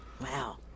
Wow